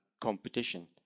competition